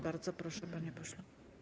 Bardzo proszę, panie pośle.